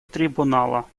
трибунала